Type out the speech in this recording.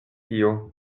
tio